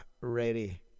ready